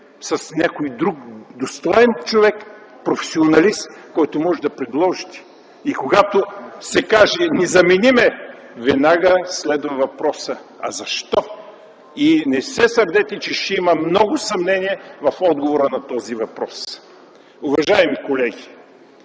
с някой друг достоен човек професионалист, който можете да предложите?” И когато се каже: „незаменим е”, веднага следва въпросът „Защо?”. Не се сърдете, че ще има много съмнения в отговора на този въпрос. Уважаеми колеги,